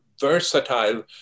versatile